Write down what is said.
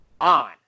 On